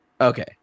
Okay